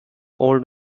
old